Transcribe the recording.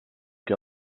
què